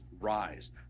rise